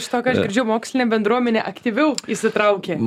iš to ką aš girdžiu mokslinė bendruomenė aktyviau įsitraukė